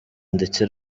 ndetse